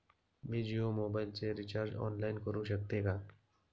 मी जियो मोबाइलचे recharge online करू शकते का?